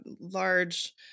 large